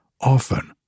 often